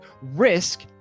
risk